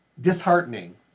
disheartening